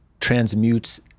transmutes